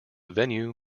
venue